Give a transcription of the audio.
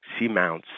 Seamounts